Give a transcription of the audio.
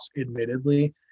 admittedly